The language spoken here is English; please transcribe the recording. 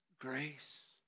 grace